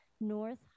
North